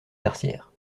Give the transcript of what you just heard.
tertiaires